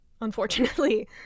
unfortunately